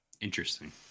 Interesting